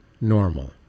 Normal